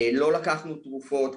לא לקחנו תרופות,